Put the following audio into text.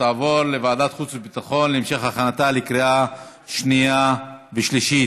ותעבור לוועדת חוץ וביטחון להמשך הכנתה לקריאה שנייה ושלישית.